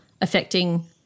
affecting